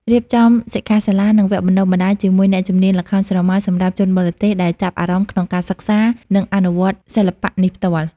រៀបចំសិក្ខាសាលា និងវគ្គបណ្តុះបណ្តាល ជាមួយអ្នកជំនាញល្ខោនស្រមោល សម្រាប់ជនបរទេសដែលចាប់អារម្មណ៍ក្នុងការសិក្សា និងអនុវត្តសិល្បៈនេះផ្ទាល់។